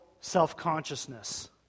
self-consciousness